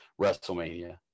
WrestleMania